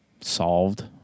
solved